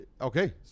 okay